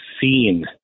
seen